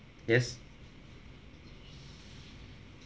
yes